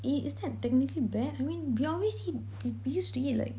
eh is that technically bad I mean we always eat we used to eat like